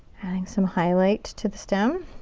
adding some highlight to the stem.